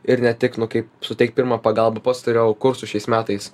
ir ne tik kaip suteikt pirmą pagalbą pats turėjau kursus šiais metais